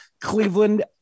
Cleveland